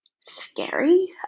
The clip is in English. scary